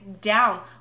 down